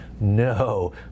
No